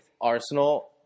Arsenal